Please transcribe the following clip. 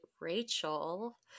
Rachel